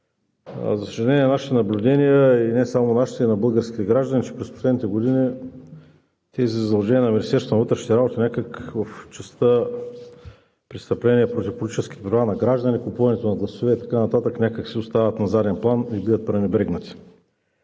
За съжаление, нашите наблюдения и не само нашите, но и на българските граждани, че през последните години тези задължения на Министерството на вътрешните работи в частта престъпления против политическите права на гражданите, купуването на гласове и така нататък някак си остават на заден план и биват пренебрегнати.